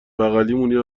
بغلیمون، یه